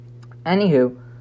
Anywho